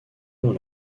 dans